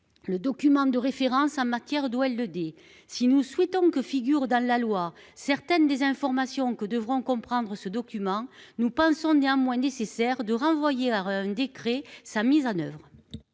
Le document de référence en matière d'elle le des si nous souhaitons que figure dans la loi. Certaines des informations donc devront comprendre ce document. Nous pensons néanmoins nécessaire de renvoyer à un décret sa mise en oeuvre.